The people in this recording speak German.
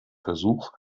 versuch